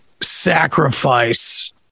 sacrifice